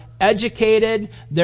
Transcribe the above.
educated